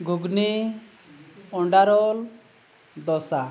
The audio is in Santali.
ᱜᱷᱩᱜᱽᱱᱤ ᱚᱱᱰᱟᱨᱳᱞ ᱫᱷᱚᱥᱟ